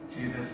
Jesus